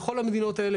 כל המדינות האלה,